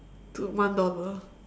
to one dollar